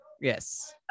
Yes